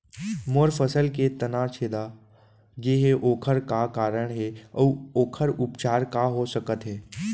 मोर फसल के तना छेदा गेहे ओखर का कारण हे अऊ ओखर उपचार का हो सकत हे?